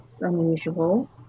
unusual